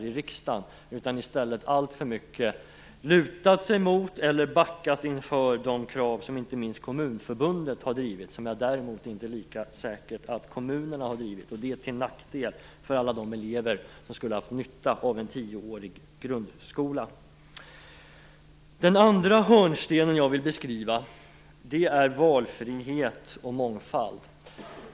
I stället har man alltför mycket lutat sig mot eller backat inför de krav som inte minst Kommunförbundet har drivit - jag är inte lika säker på att kommunerna också har drivit det - till nackdel för alla elever som skulle ha haft nytta av en tioårig grundskola. Den andra hörnstenen är valfriheten och mångfalden.